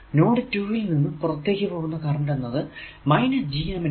node 2 ൽ നിന്നും പുറത്തേക്കു പോകുന്ന കറന്റ് എന്നത് GM ആണ്